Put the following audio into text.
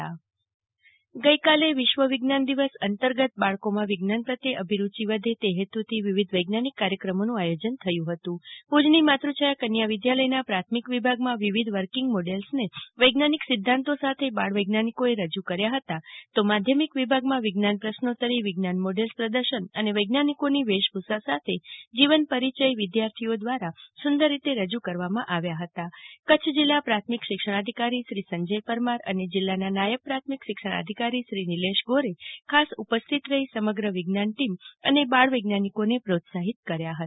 જાગતિ વકીલ વિજ્ઞાન દિવ ગઈકાલે વિશ્વ વિજ્ઞાન દિવસ એતર્ત્ગત બાળકોમાં વિજ્ઞાન પ્રત્યે અભિરૂચિ વધે તે હેત થી વિવિધ વૈજ્ઞોનિક કોર્યક્રમોનું આયોજન થયું હતું ભુજની માતૃછાયા કન્યા વિદ્યોલ્યનો પ્રાથમિક વિભાગમાં વિવિધ વર્કિંગ મોડેલ્સને વૈજ્ઞાનિક સિધ્ધાંતો સાથે બાળવૈજ્ઞાનિક્રીએ રજુ કર્યા હતા તો માધ્યમિક વિભાગમાં વિજ્ઞાન પ્રશ્નોતરી વિજ્ઞાન મોડેલ્સ પ્રદર્શન અને વૈજ્ઞાનિકોની વેશભૂષા સાથે જીવન પરિચય વિધાર્થીઓ દ્વારા સુંદર રીતે રજુ કરવામાં આવ્યા હતા કરછ જીલ્લા પ્રાથમિક શિક્ષણાધિકારી શ્રીસંજય પરમાર અને જીલ્લા નાયબ પ્રાથમિક શિક્ષણાધિકારી શ્રી નિલેશ ગોરે ખાસ ઉપસ્થિત રફી સમગ્ર વિજ્ઞાન ટીમ અને બાળ વૈજ્ઞાનિકોને પ્રોત્સાફિત કર્યા હતા